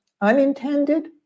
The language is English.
unintended